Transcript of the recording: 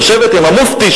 יושבת עם המופתי,